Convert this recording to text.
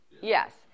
Yes